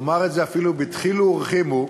אומר את זה אפילו בדחילו ורחימו,